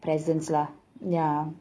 presence lah ya